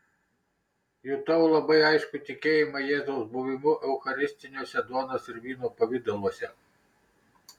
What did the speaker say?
jutau labai aiškų tikėjimą jėzaus buvimu eucharistiniuose duonos ir vyno pavidaluose